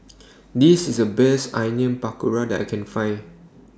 This IS The Best Onion Pakora that I Can Find